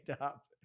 up